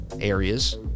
areas